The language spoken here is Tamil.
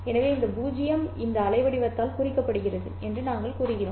எனவே இந்த 0 இந்த அலைவடிவத்தால் குறிக்கப்படுகிறது என்று நாங்கள் கூறுகிறோம்